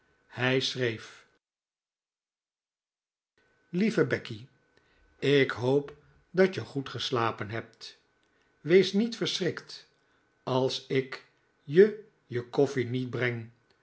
hij schreef lieve becky ik hoop dat je goed geslapen hebt wees niet verschrikt als ik je je koffle niet breng